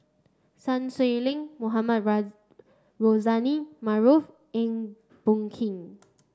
Sun Xueling Mohamed Rozani Maarof Eng Boh Kee